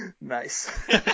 Nice